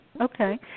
okay